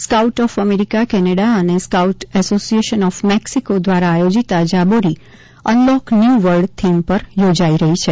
scout of America Canada અને scout association of Mexico દ્વારા આયોજિત આ jamboree unlock new world theme પર યોજાઈ રહી છે